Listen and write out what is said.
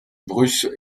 bruce